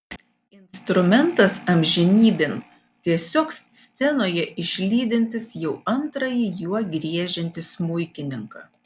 instrumentas amžinybėn tiesiog scenoje išlydintis jau antrąjį juo griežiantį smuikininką